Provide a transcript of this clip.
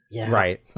Right